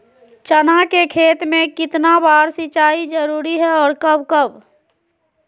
चना के खेत में कितना बार सिंचाई जरुरी है और कब कब?